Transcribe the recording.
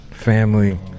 family